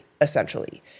essentially